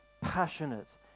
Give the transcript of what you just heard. passionate